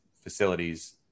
facilities